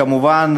כמובן,